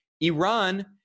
Iran